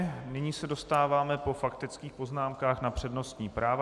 Nyní se dostáváme po faktických poznámkách na přednostní práva.